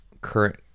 current